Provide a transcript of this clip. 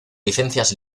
licencias